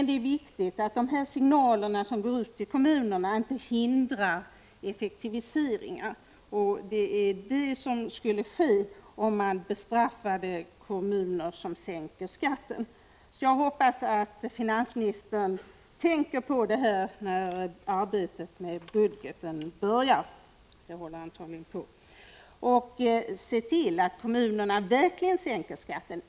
Det är viktigt att de signaler som går ut till kommunerna inte hindrar effektiviseringar. Det är vad som skulle ske, om man straffade kommuner som sänker skatten. Jag hoppas att finansministern tänker på detta när arbetet med budgeten börjar — det pågår antagligen — och ser till att kommunerna verkligen sänker skatten.